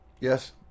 Yes